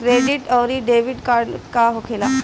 Credit आउरी debit card का होखेला?